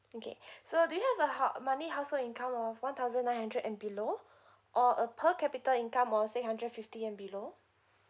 okay so do you have a hou~ monthly household income of one thousand nine hundred and below or a per capita income of say hundred fifty and below